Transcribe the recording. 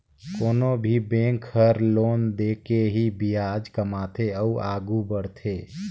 कोनो भी बेंक हर लोन दे के ही बियाज कमाथे अउ आघु बड़थे